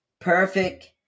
perfect